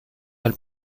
del